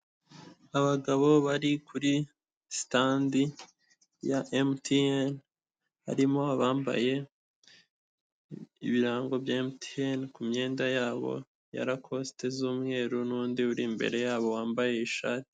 Abagabo bari kuri sitandi ya MTN, harimo abambaye ibirango bya MTN, ku myenda yabo ya rakosite z'umweru n'undi uri imbere yabo wambaye ishati